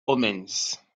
omens